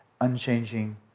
unchanging